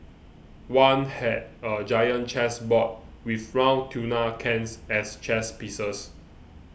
one had a giant chess board with round tuna cans as chess pieces